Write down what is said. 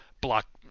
block